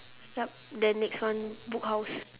yup then next one book house